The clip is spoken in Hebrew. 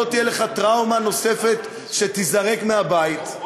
לא תהיה לך טראומה נוספת כשתיזרק מהבית,